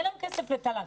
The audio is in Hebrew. אין לנו כסף לתל"ן.